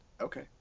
Okay